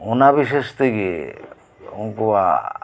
ᱚᱱᱟ ᱵᱤᱥᱮᱥ ᱛᱮᱜᱮ ᱩᱱᱠᱩ ᱠᱚᱣᱟᱜ